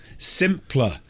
Simpler